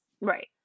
Right